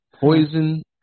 Poison